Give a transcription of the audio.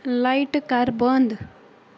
لایٹہٕ کر بنٛد